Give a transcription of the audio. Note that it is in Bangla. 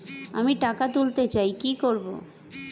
আমি টাকা তুলতে চাই কি করব?